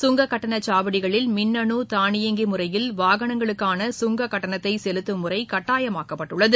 சுங்கக்கட்டணச் சாவடிகளில் மின்னு தானியங்கி முறையில் வாகனங்களுக்கான சுங்கக் கட்டணத்தை செலுத்தும் முறை கட்டாயமாக்கப்பட்டுள்ளது